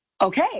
okay